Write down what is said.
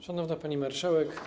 Szanowna Pani Marszałek!